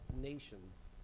nations